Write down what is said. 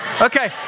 Okay